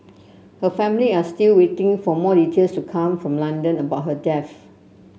her family are still waiting for more details to come from London about her death